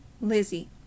Lizzie